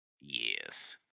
Yes